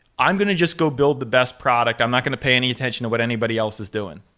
i'm going to just go build the best product. i'm not going to pay any attention to what anybody else is doing.